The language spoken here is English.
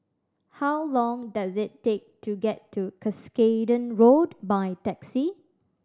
how long does it take to get to Cuscaden Road by taxi